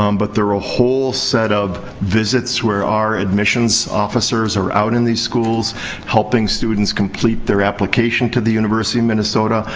um but there are a whole set of visits where our admissions officers are out in these schools helping students complete their application to the university of minnesota,